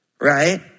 right